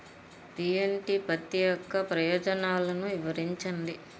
BT పత్తి యొక్క ప్రయోజనాలను వివరించండి?